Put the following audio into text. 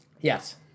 yes